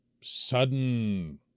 sudden